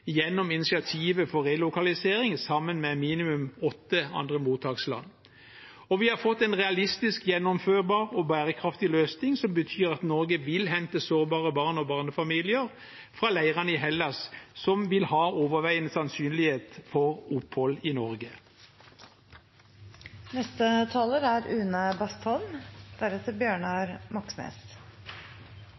gjennom initiativet for relokalisering sammen med minimum åtte andre mottaksland, og vi har fått en realistisk, gjennomførbar og bærekraftig løsning som betyr at Norge vil hente sårbare barn og barnefamilier fra leirene i Hellas, som vil ha overveiende sannsynlighet for opphold i